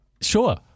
Sure